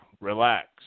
relax